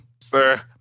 sir